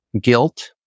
guilt